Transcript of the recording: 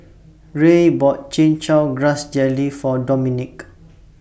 Rey bought Chin Chow Grass Jelly For Dominick